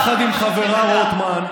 יחד עם חברה רוטמן,